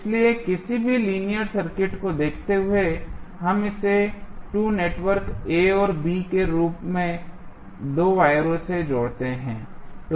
इसलिए किसी भी लीनियर सर्किट को देखते हुए हम इसे 2 नेटवर्क A और B के रूप में 2 वायरो से जोड़ते हैं